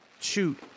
shoot